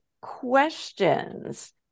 questions